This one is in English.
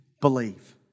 believe